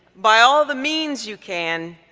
by all the means you can,